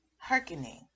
hearkening